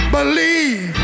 believe